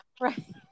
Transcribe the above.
Right